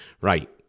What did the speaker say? Right